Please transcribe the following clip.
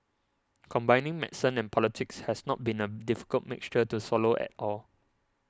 combining medicine and politics has not been a difficult mixture to swallow at all